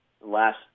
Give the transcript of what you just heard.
last